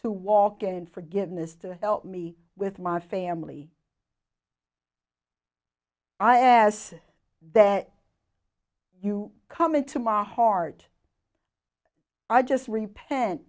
to walk in forgiveness to help me with my family i as that you come into my heart i just repent